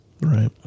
Right